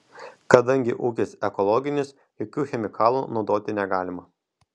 kadangi ūkis ekologinis jokių chemikalų naudoti negalima